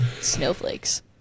Snowflakes